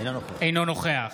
אינו נוכח